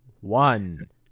One